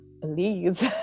please